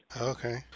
Okay